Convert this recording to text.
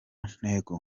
ntego